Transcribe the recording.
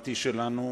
הדמוקרטי שלנו: